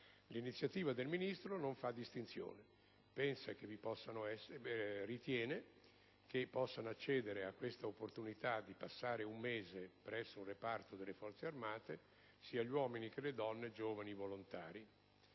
L'iniziativa del Ministro non fa distinzione: ritiene che possano accedere all'opportunità di passare un mese presso un reparto delle Forze armate come giovani volontari